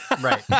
Right